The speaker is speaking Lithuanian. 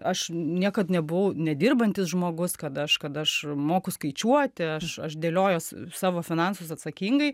aš niekad nebuvau nedirbantis žmogus kad aš kad aš moku skaičiuoti aš aš dėliojuos savo finansus atsakingai